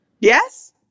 Yes